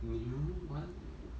new one